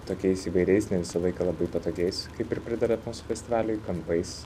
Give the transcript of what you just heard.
tokiais įvairiais ne visą laiką labai patogiais kaip ir pridera mūsų festivaliui kampais